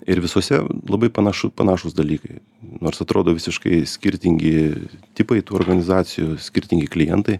ir visuose labai panašu panašūs dalykai nors atrodo visiškai skirtingi tipai tų organizacijų skirtingi klientai